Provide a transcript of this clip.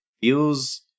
feels